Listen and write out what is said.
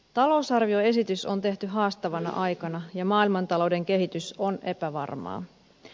talousarvioesitys on tehty haastavana aikana ja maailmantalouden kehitys on epävarmaa